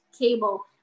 cable